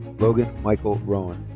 logan michael roan.